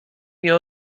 nie